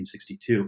1962